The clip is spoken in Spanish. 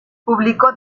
publicó